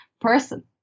person